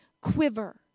quiver